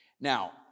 Now